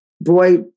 boy